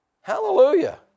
Hallelujah